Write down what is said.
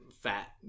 fat